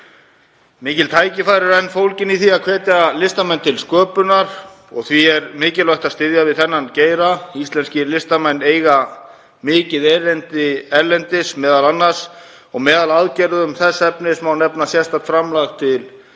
Mikil tækifæri eru fólgin í því að hvetja listamenn til sköpunar og því er mikilvægt að styðja við þennan geira. Íslenskir listamenn eiga mikið erindi erlendis m.a. og meðal aðgerða þess efnis má nefna sérstakt framlag til